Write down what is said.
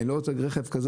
אני לא רוצה להגיד רכב כזה,